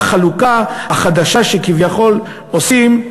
בחלוקה החדשה שכביכול עושים,